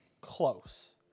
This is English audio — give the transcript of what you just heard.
close